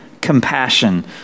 compassion